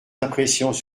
impressions